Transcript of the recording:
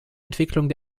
entwicklung